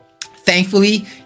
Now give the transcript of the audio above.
Thankfully